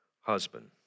husband